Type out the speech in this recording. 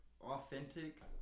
authentic